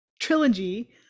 trilogy